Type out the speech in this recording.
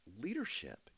leadership